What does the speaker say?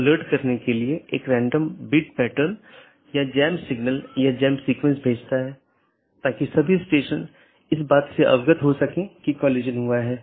यह प्रत्येक सहकर्मी BGP EBGP साथियों में उपलब्ध होना चाहिए कि ये EBGP सहकर्मी आमतौर पर एक सीधे जुड़े हुए नेटवर्क को साझा करते हैं